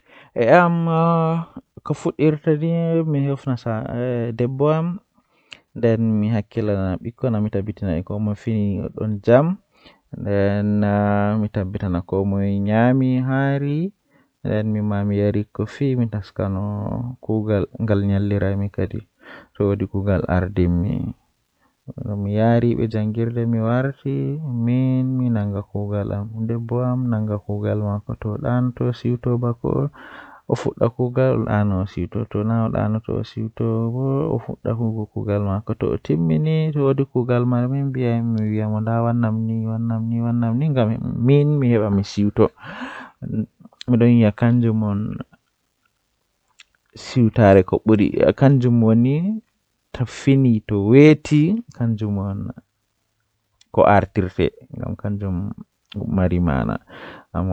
Kuugal jei miɗon yi'a laatan mi waawi kuugal man masin Miɗo waawi waɗde gollal e fannuɓe laawol e jamii sabu miɗo yiɗi goɗɗum e jokkondirɗe. Miɗo waawi waɗde sabu mi foti caɗeele, miɗo waawi waɗde caɗeele so miɗo